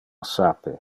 sape